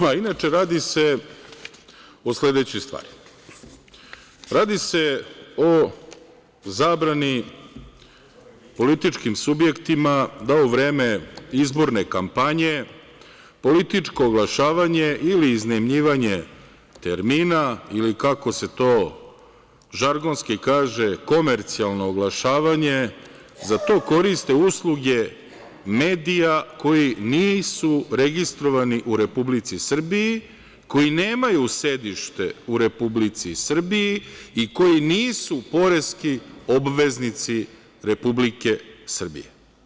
Inače, radi se o sledećoj stvari - radi se o zabrani političkim subjektima da u vreme izborne kampanje političko oglašavanje ili iznajmljivanje termina ili, kako se to žargonski kaže, komercijalno oglašavanje koriste usluge medija koji nisu registrovani u Republici Srbiji, koji nemaju sedište u Republici Srbiji i koji nisu poreski obveznici Republike Srbije.